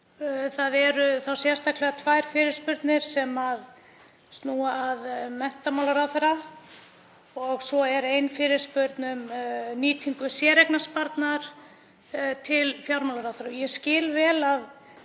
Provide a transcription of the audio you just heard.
Það eru þá sérstaklega tvær fyrirspurnir sem snúa að menntamálaráðherra og svo er ein fyrirspurn um nýtingu séreignarsparnaðar til fjármálaráðherra. Ég skil vel að